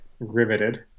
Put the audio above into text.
Riveted